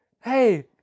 hey